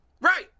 Right